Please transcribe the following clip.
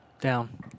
Down